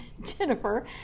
Jennifer